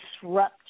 disrupt